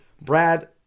Brad